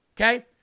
Okay